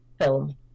Film